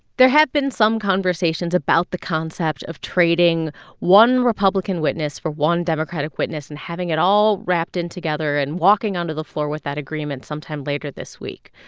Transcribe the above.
there have been some conversations about the concept of trading one republican witness for one democratic witness and having it all wrapped in together and walking onto the floor with that agreement sometime later this week.